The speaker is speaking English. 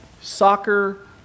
soccer